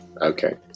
Okay